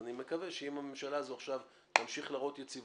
אני מקווה שאם הממשלה הזאת תמשיך להראות יציבות,